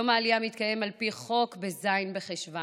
יום העלייה מתקיים על פי חוק בז' בחשוון.